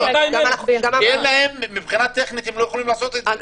כי מבחינה טכנית הם לא יכולים לעשות את זה.